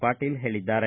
ಪಾಟೀಲ ಹೇಳಿದ್ದಾರೆ